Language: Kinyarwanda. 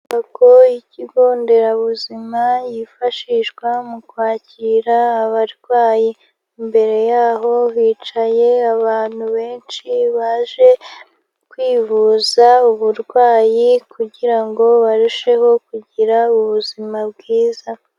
Inyubako y'ikigo nderabuzima yifashishwa mu kwakira abarwayi, imbere yaho hicaye abantu benshi baje kwivuza uburwayi kugira ngo barusheho kugira ubuzima bwiza.